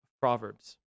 Proverbs